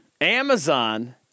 Amazon